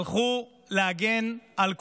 הלכו להגן על כולנו,